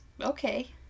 Okay